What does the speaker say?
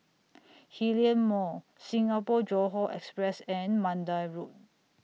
Hillion Mall Singapore Johore Express and Mandai Road